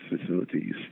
facilities